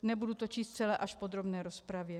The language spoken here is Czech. Nebudu to číst celé, až v podrobné rozpravě.